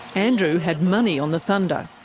andrew had money on the thunder,